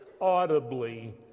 audibly